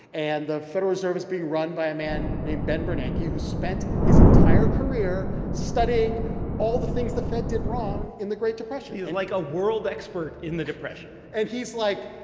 and the federal reserve is being run by a man named ben bernanke, who spent his entire career studying all the things the fed did wrong in the great depression he's like a world expert in the depression and he's like,